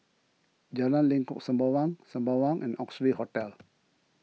Jalan Lengkok Sembawang Sembawang and Oxley Hotel